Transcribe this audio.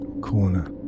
corner